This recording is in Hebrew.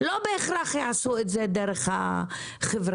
לא בהכרח יעשו את זה דרך החברה.